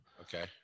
Okay